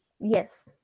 Yes